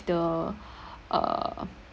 the uh